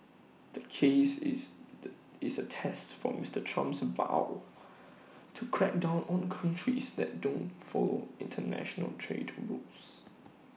the case is the is A test for Mister Trump's vow to crack down on countries that don't follow International trade rules